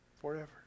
Forever